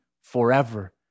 forever